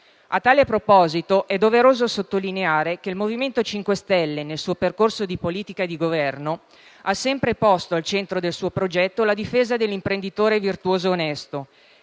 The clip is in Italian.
A tal proposito, è doveroso sottolineare che il MoVimento 5 Stelle, nel suo percorso di politica e di Governo, ha sempre posto al centro del suo progetto la difesa dell'imprenditore virtuoso ed onesto,